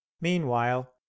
Meanwhile